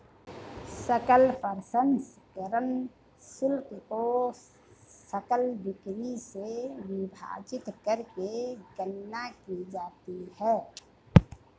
सकल प्रसंस्करण शुल्क को सकल बिक्री से विभाजित करके गणना की जाती है